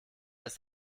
ist